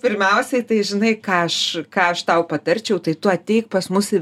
pirmiausiai tai žinai ką aš ką aš tau patarčiau tai tu ateik pas mus į